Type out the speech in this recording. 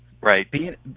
Right